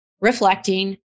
reflecting